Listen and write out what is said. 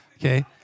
okay